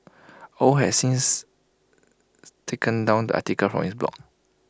Au has since taken down the article from his blog